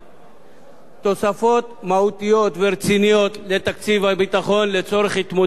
תוספות מהותיות ורציניות לתקציב הביטחון לצורך התמודדות עם האתגרים